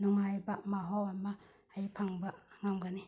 ꯅꯨꯡꯉꯥꯏꯕ ꯃꯍꯥꯎ ꯑꯃ ꯑꯩ ꯐꯪꯕ ꯉꯝꯒꯅꯤ